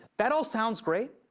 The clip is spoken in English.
that all sounds great,